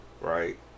right